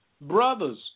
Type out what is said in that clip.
brothers